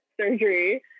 surgery